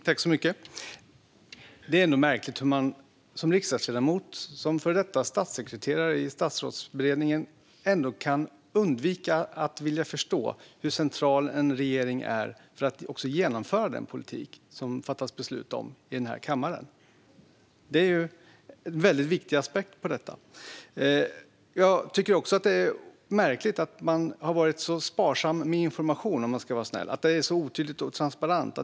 Herr talman! Det är märkligt hur man som riksdagsledamot och före detta statssekreterare i Statsrådsberedningen kan undvika att vilja förstå hur central en regering är för att genomföra den politik som det fattas beslut om i denna kammare. Det är en väldigt viktig aspekt på detta. Jag tycker också att det är märkligt att man har varit så sparsam med information - om jag ska vara snäll - och att det är så otydligt och icke-transparent.